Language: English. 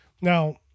Now